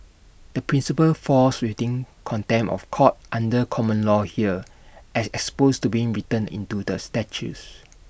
the principle falls within contempt of court under common law here as exposed to being written into the statutes